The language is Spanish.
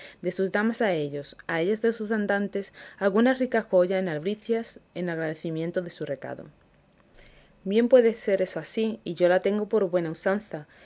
de sus damas a ellos a ellas de sus andantes alguna rica joya en albricias en agradecimiento de su recado bien puede eso ser así y yo la tengo por buena usanza